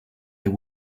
they